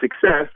success